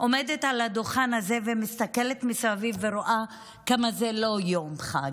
עומדת על הדוכן הזה ומסתכלת מסביב ורואה כמה זה לא יום חג,